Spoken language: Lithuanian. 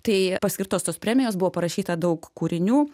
tai paskirtos tos premijos buvo parašyta daug kūrinių